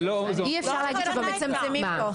זה לא הכוונה הייתה.